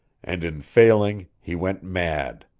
and in failing he went mad